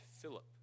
Philip